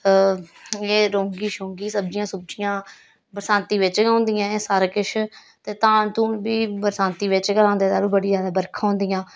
एह् रोंगी शोंगी सब्ज़ियां सुब्ज़ियां बरसांती बिच्च गै होंदियां न सारा किश ते धान धून बी बरसांती बिच्च गै होंदे न बड़ी ज्यादा बरखां होंदियां